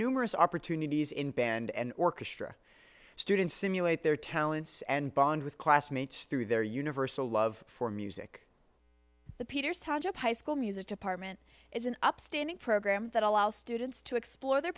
numerous opportunities in band and orchestra students simulate their talents and bond with classmates through their universal love for music the peters township high school music department is an upstanding program that allows students to explore their